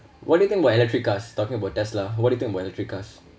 what do you think about electric cars talking about tesla what do you think about electric cars